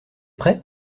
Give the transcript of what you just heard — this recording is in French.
prêt